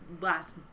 last